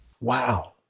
Wow